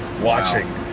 watching